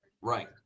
Right